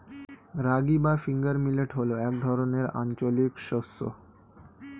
রাগী বা finger millet হল এক ধরনের আঞ্চলিক শস্য